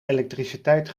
elektriciteit